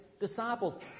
disciples